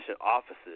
offices